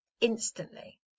instantly